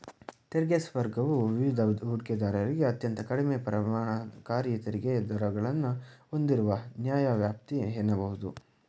ತೆರಿಗೆ ಸ್ವರ್ಗವು ವಿದೇಶಿ ಹೂಡಿಕೆದಾರರಿಗೆ ಅತ್ಯಂತ ಕಡಿಮೆ ಪರಿಣಾಮಕಾರಿ ತೆರಿಗೆ ದರಗಳನ್ನ ಹೂಂದಿರುವ ನ್ಯಾಯವ್ಯಾಪ್ತಿ ಎನ್ನಬಹುದು